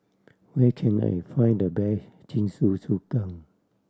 where can I find the best Jingisukan